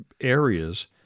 areas